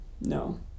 no